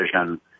vision